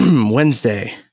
Wednesday